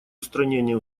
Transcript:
устранения